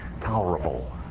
tolerable